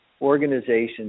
organizations